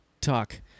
talk